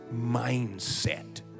mindset